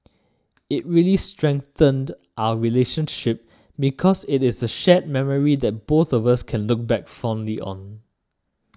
it really strengthened our relationship because it is a shared memory that both of us can look back fondly on